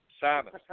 Simon